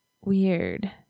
Weird